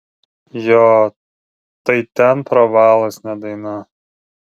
jo tai ten pravalas ne daina